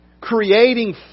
creating